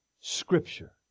Scripture